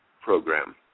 program